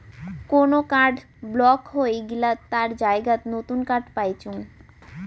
কোন card block হই গেলাত তার জায়গাত নতুন কার্ড পাইচুঙ